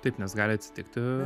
taip nes gali atsitikti